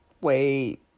Wait